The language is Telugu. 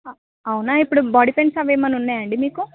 అవునా ఇప్పుడు బాడీ పెయింట్స్ అవేమన్నా ఉన్నాయా అండి మీకు